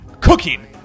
Cooking